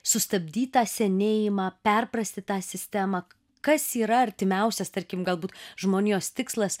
sustabdyt tą senėjimą perprasti tą sistemą kas yra artimiausias tarkim galbūt žmonijos tikslas